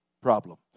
problem